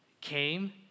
Came